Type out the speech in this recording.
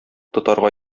тотарга